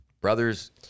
Brothers